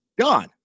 Gone